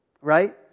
right